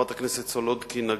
חברת הכנסת סולודקין,